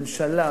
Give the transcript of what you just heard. "ממשלה",